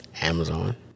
Amazon